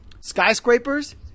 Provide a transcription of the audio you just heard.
Skyscrapers